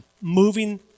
moving